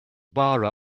bar